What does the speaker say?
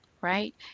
Right